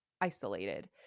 isolated